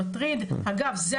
אקוטי,